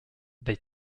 they